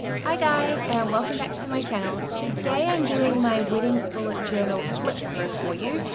hi guys and welcome back to my channel. today i'm doing my wedding bullet journal flip-through for you.